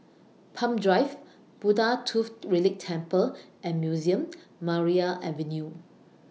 Palm Drive Buddha Tooth Relic Temple and Museum and Maria Avenue